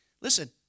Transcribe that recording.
listen